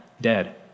dead